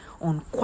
on